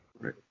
Right